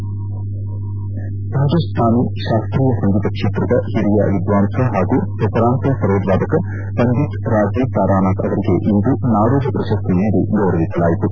ಹಿಂದೂಸ್ತಾನಿ ಶಾಸ್ತೀಯ ಸಂಗೀತ ಕ್ಷೇತ್ರದ ಹಿರಿಯ ವಿದ್ವಾಂಸ ಹಾಗೂ ಹೆಸರಾಂತ ಸರೋದ್ ವಾದಕ ಪಂಡಿತ್ ರಾಜೀವ್ ತಾರಾನಾಥ್ ಅವರಿಗೆ ಇಂದು ನಾಡೋಜ ಪ್ರಶಸ್ತಿ ನೀಡಿ ಗೌರವಿಸಲಾಯಿತು